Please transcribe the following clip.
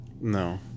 No